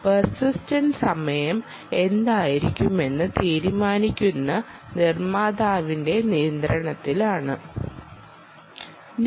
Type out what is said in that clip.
persistent സമയം എന്തായിരിക്കണമെന്ന് തീരുമാനിക്കുന്ന നിർമ്മാതാവിന്റെ നിയന്ത്രണത്തിലാണ് ഇത്